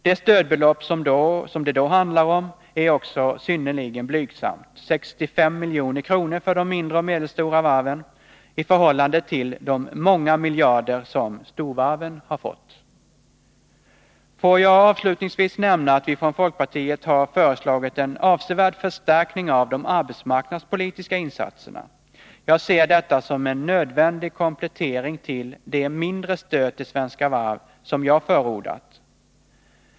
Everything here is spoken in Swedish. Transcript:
Det stödbelopp som det då handlar om är också synnerligen blygsamt — 65 milj.kr. för de mindre och medelstora varven — i förhållande till de många miljarder som storvarven har fått. Får jag avslutningsvis nämna att vi från folkpartiet har föreslagit en avsevärd förstärkning av de arbetsmarknadspolitiska insatserna. Jag ser detta som en nödvändig komplettering till det mindre stöd till Svenska Varv som jag förordat.